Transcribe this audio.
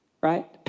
right